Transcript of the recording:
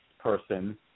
person